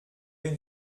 une